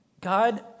God